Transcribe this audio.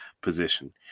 position